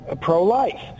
pro-life